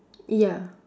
ya